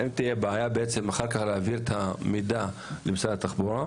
האם תהיה בעיה אחר כך להעביר את המידע למשרד התחבורה?